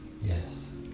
Yes